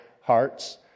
hearts